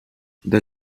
the